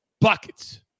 Buckets